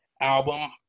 album